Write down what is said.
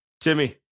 Timmy